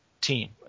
team